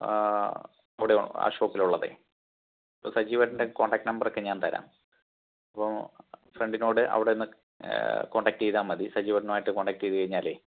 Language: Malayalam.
ഇവിടെ ആ ഷോപ്പിലുള്ളതെ ഇപ്പം സജീവേട്ടൻ്റെ കോണ്ടാക്ട് നമ്പറൊക്കെ ഞാൻ തരാം അപ്പോൾ ഫ്രണ്ടിനോട് അവിടെയൊന്ന് കോണ്ടാക്ട് ചെയ്താൽ മതി സജീവേട്ടനുമായിട്ട് കോണ്ടാക്ട് ചെയ്തു കഴിഞ്ഞാലേ